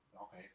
Okay